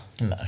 No